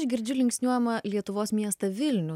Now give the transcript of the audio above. aš girdžiu linksniuojama lietuvos miestą vilnių